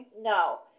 No